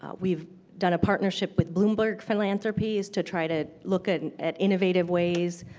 ah we've done a partnership with bloomberg philanthropies to try to look at at innovative ways.